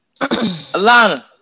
Alana